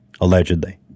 allegedly